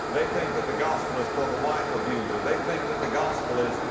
they think that the gospel is for the wife abuser. they think that the gospel is,